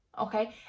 okay